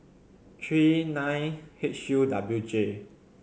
three nine H U W J